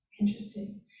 interesting